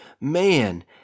man